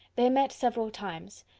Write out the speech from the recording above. they met several times,